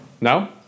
No